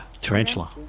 Tarantula